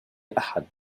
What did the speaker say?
أحد